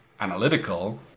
analytical